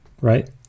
Right